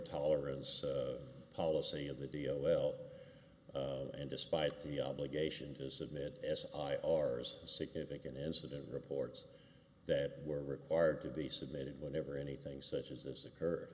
tolerance policy of the d l l and despite the obligation to submit as i or as significant incident reports that were required to be submitted whenever anything such as this occur